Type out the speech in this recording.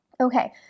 Okay